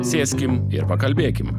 sėskim ir pakalbėkim